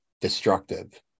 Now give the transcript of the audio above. destructive